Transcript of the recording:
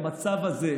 במצב הזה,